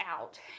out